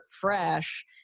fresh